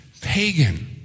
pagan